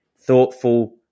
thoughtful